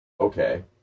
okay